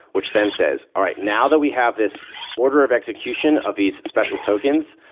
which then says, all right, now that we have this order of execution of these special tokens,